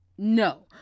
No